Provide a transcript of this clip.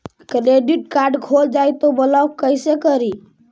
Credit card खो जाए तो ब्लॉक कैसे करी?